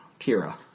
Kira